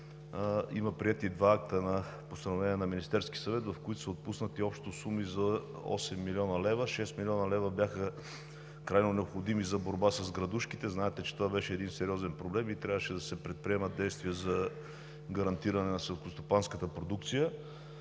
има приети два акта на Постановление на Министерския съвет, в които са отпуснати суми общо за 8 млн. лв. Шест милиона лева бяха крайно необходими за борба с градушките – знаете, че това беше сериозен проблем и трябваше да се предприемат действия за гарантиране на селскостопанската продукция.